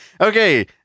Okay